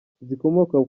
zikomoka